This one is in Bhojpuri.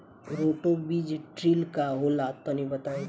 रोटो बीज ड्रिल का होला तनि बताई?